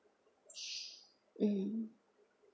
mm